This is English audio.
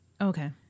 Okay